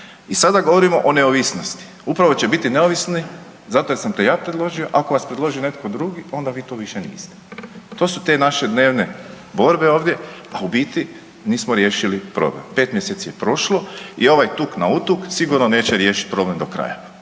I sada govorimo o neovisnosti. Upravo će biti neovisni zato jer sam te ja predložio. Ako vas predloži netko drugi onda vi to više niste. To su te naše dnevne borbe ovdje, a u biti nismo riješili problem. Pet mjeseci je prošlo i ovaj tuk nautuk sigurno neće riješiti problem do kraja.